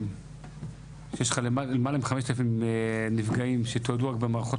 יש לך למעלה מ-5,000 נפגעים שתועדו רק במערכות